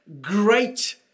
great